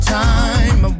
time